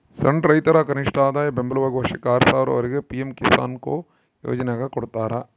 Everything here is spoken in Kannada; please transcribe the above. ಸಣ್ಣ ರೈತರ ಕನಿಷ್ಠಆದಾಯ ಬೆಂಬಲವಾಗಿ ವರ್ಷಕ್ಕೆ ಆರು ಸಾವಿರ ವರೆಗೆ ಪಿ ಎಂ ಕಿಸಾನ್ಕೊ ಯೋಜನ್ಯಾಗ ಕೊಡ್ತಾರ